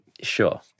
Sure